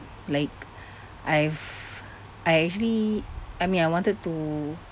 like I've I actually I mean I wanted to